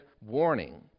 warning